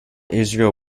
israeli